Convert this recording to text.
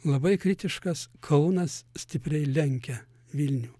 labai kritiškas kaunas stipriai lenkia vilnių